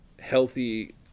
healthy